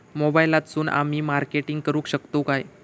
मोबाईलातसून आमी मार्केटिंग करूक शकतू काय?